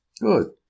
Good